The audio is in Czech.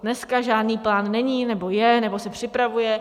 Dneska žádný plán není, nebo je, nebo se připravuje?